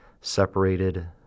separated